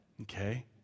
Okay